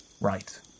right